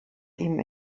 ihm